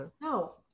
No